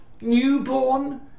newborn